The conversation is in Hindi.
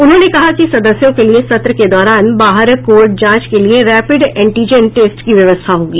उन्होंने कहा कि सदस्यों के लिए सत्र के दौरान बाहर कोविड जांच के लिए रैपिड एंटीजेन टेस्ट की व्यवस्था रहेगी